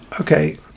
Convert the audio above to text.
Okay